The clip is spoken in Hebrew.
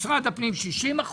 משרד הפנים 60%